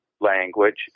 language